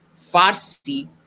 Farsi